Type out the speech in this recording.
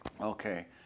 Okay